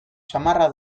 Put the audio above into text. samarra